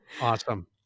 Awesome